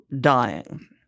dying